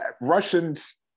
Russians